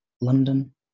London